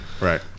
Right